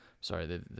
Sorry